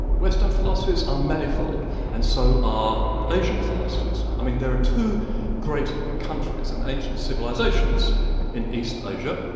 western philosophies are manifold and so are asian philosophies. i mean there are two great countries and ancient civilisations in east asia,